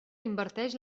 inverteix